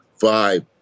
five